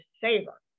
savor